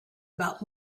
about